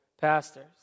pastors